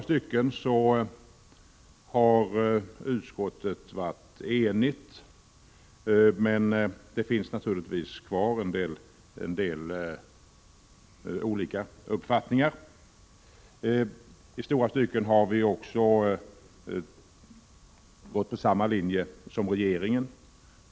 Utskottet har i stort sett varit enigt, men på vissa punkter finns det naturligtvis olika uppfattningar. I stora stycken har utskottet också gått på samma linje som regeringen.